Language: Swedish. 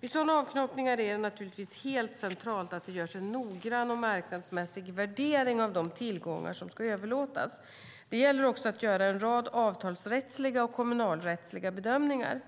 Vid sådana avknoppningar är det naturligtvis helt centralt att det görs en noggrann och marknadsmässig värdering av de tillgångar som ska överlåtas. Det gäller också att göra en rad avtalsrättsliga och kommunalrättsliga bedömningar.